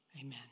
Amen